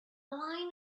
line